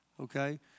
Okay